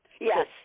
Yes